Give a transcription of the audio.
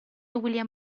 william